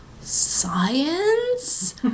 Science